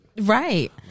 right